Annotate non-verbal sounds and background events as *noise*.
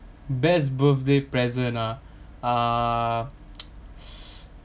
best birthday present ah uh *noise* *breath*